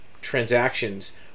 transactions